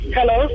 Hello